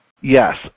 Yes